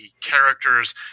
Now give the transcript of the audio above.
characters